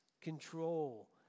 control